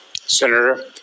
Senator